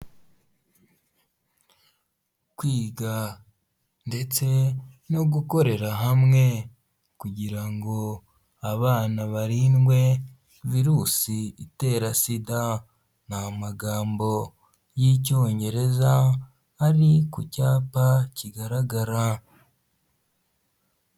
Kwiga ndetse no gukorera hamwe kugira ngo abana barindwe Virusi itera Sida, ni amagambo y'Icyongereza ari ku cyapa kigaragara.